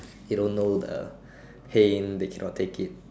they don't know the pain they cannot take it